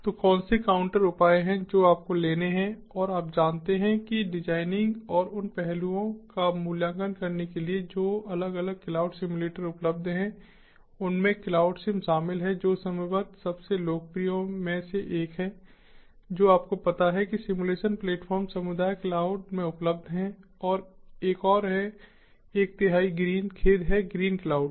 तो कौन से काउंटर उपाय हैं जो आपको लेने हैं और आप जानते हैं कि डिजाइनिंग और उन पहलुओं का मूल्यांकन करने के लिए जो अलग अलग क्लाउड सिम्युलेटर उपलब्ध हैं उनमें क्लाउडसिम शामिल है जो संभवतः सबसे लोकप्रिय में से एक है जो आपको पता है कि सिम्युलेशन प्लेटफॉर्म समुदाय क्लाउड में उपलब्ध है एक और है एक तिहाई ग्रीन खेद है ग्रीनक्लाउड